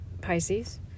Pisces